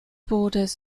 borders